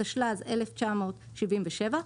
התשל"ז 1977,